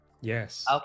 Yes